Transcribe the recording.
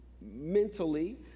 mentally